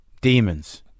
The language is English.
Demons